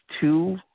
two